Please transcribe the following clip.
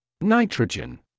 Nitrogen